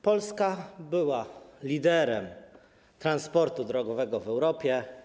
Polska była liderem transportu drogowego w Europie.